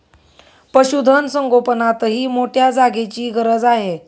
पशुधन संगोपनातही मोठ्या जागेची गरज आहे